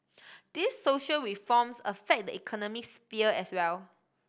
these social reforms affect the economic sphere as well